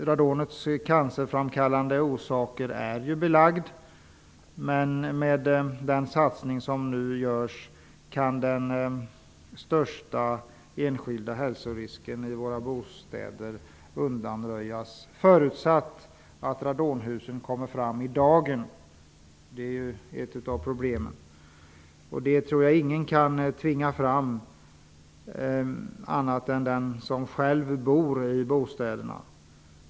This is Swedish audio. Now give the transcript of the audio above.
Radonets cancerframkallande effekt är ju belagd. Men med den satsning som nu görs kan den största enskilda hälsorisken i våra bostäder undanröjas, förutsatt att radonhusen upptäcks. Det är ett av problemen. Upptäckten av radonhus kan inte tvingas fram annat än av de boende.